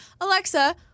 Alexa